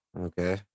Okay